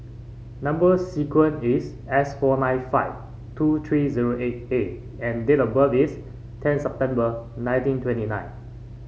number sequence is S four nine five two three zero eight A and date of birth is tenth September nineteen twenty nine